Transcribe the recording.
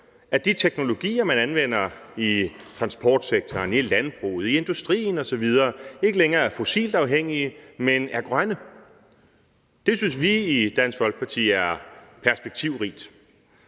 de teknologier, man anvender i transportsektoren, i landbruget, i industrien osv. ikke længere er fossilafhængige, men er grønne. Det synes vi i Dansk Folkeparti er perspektivrigt.